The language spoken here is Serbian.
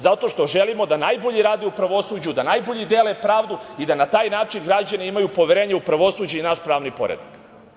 Zato što želimo da najbolji rade u pravosuđu, da najbolji dele pravdu i da na taj način građani imaju poverenje u pravosuđe i naš pravni poredak.